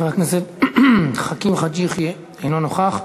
חבר הכנסת חכים חאג' יחיא, אינו נוכח.